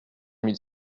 mille